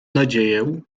nadzieję